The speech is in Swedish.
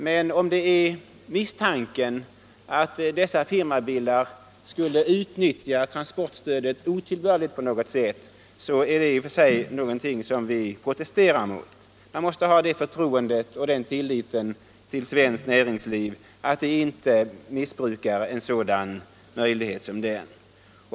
Men om det är misstanken att företagen med dessa firmabilar skulle utnyttja transportstödet otillbörligt på något sätt, så protesterar vi mot detta. Man måste lita på att svenskt näringsliv inte missbrukar en sådan situation.